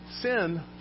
sin